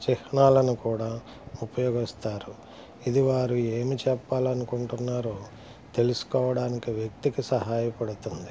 చిహ్నాలను కూడా ఉపయోగిస్తారు ఇది వారు ఏమీ చెప్పాలనుకుంటున్నారో తెలుసుకోవడానికి వ్యక్తికి సహాయపడుతుంది